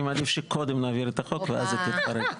אני מעדיף שקודם נעביר את החוק ואז היא תתפרק.